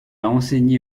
enseigné